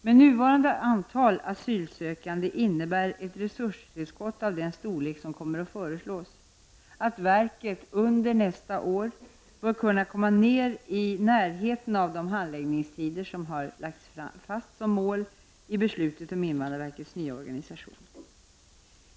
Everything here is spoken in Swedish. Med nuvarande antal asylsökande innebär ett resurstillskott av den storlek som kommer att föreslås att verket under nästa år bör kunna komma ner i närheten av de handläggningstider som lagts fast som mål i beslutet om invandrarverkets nya organisation.